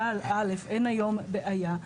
אבל א' אין היום בעיה,